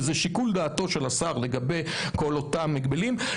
וזה שיקול דעתו של השר לגבי כל אותם הגבלים,